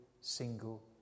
single